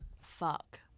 fuck